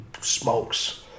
smokes